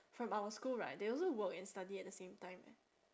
from our school right they also work and study at the same time eh